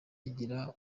gira